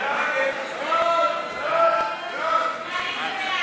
הצעת ועדת הכנסת בדבר הקמת ועדה מיוחדת